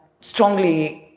strongly